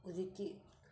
ꯍꯧꯖꯤꯛꯇꯤ